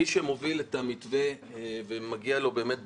מי שמוביל את המתווה ומגיעות לו באמת ברכות,